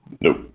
Nope